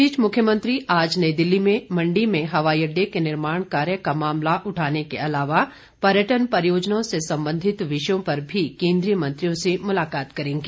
इस बीच मुख्यमंत्री आज नई दिल्ली में मंडी में हवाई हडडे के निर्माण कार्य का मामला उठाने के अलावा पर्यटन परियोजनाओं से संबंधित विषयों पर भी केन्द्रीय मंत्रियों से मुलाकात करेंगे